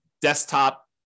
desktop